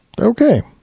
Okay